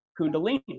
Kundalini